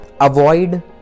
avoid